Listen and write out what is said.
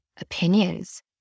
opinions